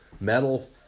metal